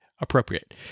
appropriate